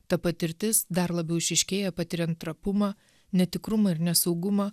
ta patirtis dar labiau išryškėja patirian trapumą netikrumą ir nesaugumą